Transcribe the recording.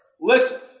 Listen